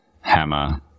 hammer